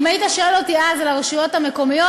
אם היית שואל אותי אז על הרשויות המקומיות,